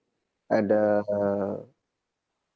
and err